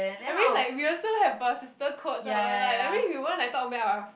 I mean like we also have a sister codes all like I mean we won't like talk bad about